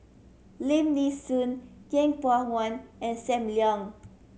Lim Nee Soon Yeng Pway One and Sam Leong